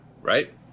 right